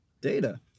data